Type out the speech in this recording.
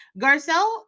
Garcelle